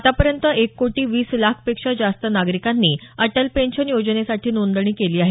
आतापर्यंत एक कोटी वीस लाख पेक्षा जास्त नागरिकांनी अटल पेंशन योजनेसाठी नोंदणी केली आहे